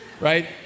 right